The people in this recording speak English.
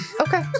Okay